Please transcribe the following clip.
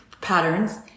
patterns